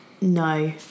No